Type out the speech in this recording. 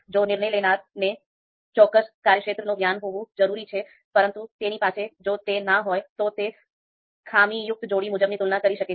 જો નિર્ણય લેનારાને ચોક્કસ કાર્યક્ષેત્રનો જ્ઞાન હોવું જરૂરી છે પરંતુ તેની પાસે જો તે ના હોય તો તે ખામીયુક્ત જોડી મુજબની તુલના કરી શકે છે